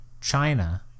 China